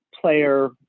player